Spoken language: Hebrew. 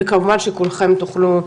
וכמובן שכולכם תוכלו לדבר.